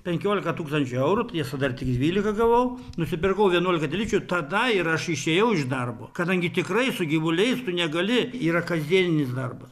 penkiolika tūkstančių eurų tiesa dar tik dvylika gavau nusipirkau vienuolika telyčių tada ir aš išėjau iš darbo kadangi tikrai su gyvuliais tu negali yra kasdieninis darbas